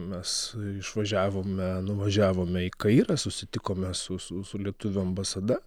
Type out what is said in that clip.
mes išvažiavome nuvažiavome į kairą susitikome su su su lietuvių ambasada